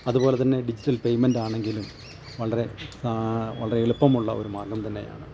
അത്പോലെ തന്നെ ഡിജിറ്റൽ പേയ്മെൻറ്റാണെങ്കിലും വളരെ വളരെ എളുപ്പമുള്ള ഒരു മാർഗ്ഗം തന്നെയാണ്